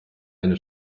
eine